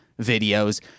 videos